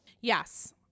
Yes